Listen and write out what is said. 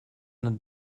notre